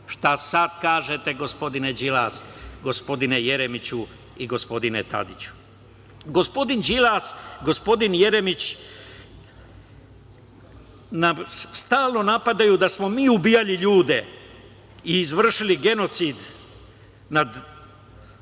Šta sad kažete, gospodine Đilas, gospodine Jeremiću i gospodine Tadiću? Gospodin Đilas, gospodin Jeremić, stalno napadaju da smo mi ubijali ljude i izvršili genocid nad